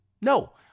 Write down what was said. No